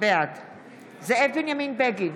בעד זאב בנימין בגין,